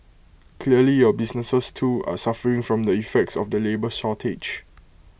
clearly your businesses too are suffering from the effects of the labour shortage